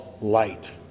light